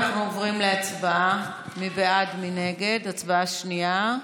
לכן אנחנו נעבור להצבעה בקריאה שנייה ושלישית.